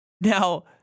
Now